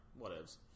whatevs